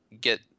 get